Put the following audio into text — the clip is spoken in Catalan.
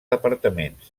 departaments